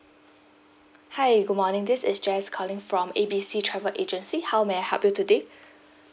hi good morning this is jess calling from A B C travel agency how may I help you today